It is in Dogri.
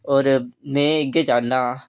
होर में इ'यै चाह्न्नां